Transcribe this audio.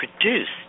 Produced